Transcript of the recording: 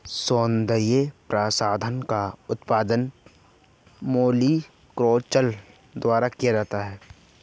सौन्दर्य प्रसाधन का उत्पादन मैरीकल्चर द्वारा किया जाता है